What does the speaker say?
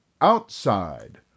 outside